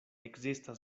ekzistas